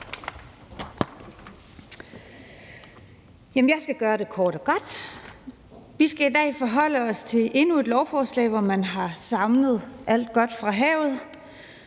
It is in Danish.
Jeg skal gøre det kort og godt. Vi skal i dag forholde os til endnu et lovforslag, hvor man har samlet alt godt fra havet,